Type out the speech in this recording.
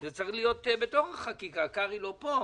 זה צריך להיות בתוך החקיקה קרעי לא פה,